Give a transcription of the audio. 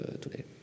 today